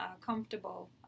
comfortable